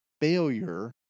failure